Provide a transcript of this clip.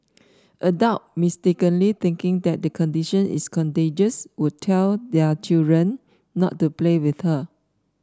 adult mistakenly thinking that the condition is contagious would tell their children not to play with her